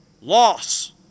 loss